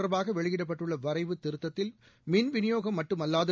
தொட்பாக வெளியிடப்பட்டுள்ள வரைவு திருத்தத்தில் மின்விநியோகம் மட்டுமல்லாது